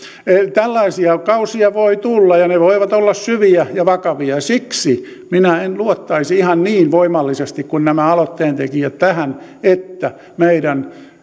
tällaisia kausia voi tulla ja ne ne voivat olla syviä ja vakavia siksi minä en luottaisi ihan niin voimallisesti kuin nämä aloitteen tekijät tähän että meidän